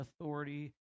authority